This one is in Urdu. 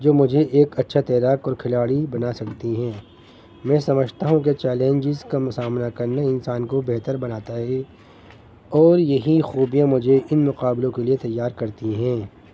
جو مجھے ایک اچھا تیراک اور کھلاڑی بنا سکتی ہیں میں سمجھتا ہوں کہ چیلنجز کا سامنا کرنا انسان کو بہتر بناتا ہے اور یہی خوبیاں مجھے ان مقابلوں کے لیے تیار کرتی ہیں